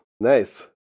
Nice